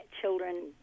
children